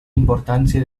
importància